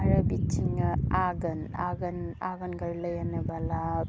आरो बिदिनो आघोन आघोन आघोन गोरलै होनोबोला